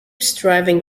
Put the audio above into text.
striving